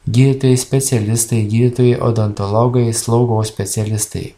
gydytojai specialistai gydytojai odontologai slaugos specialistai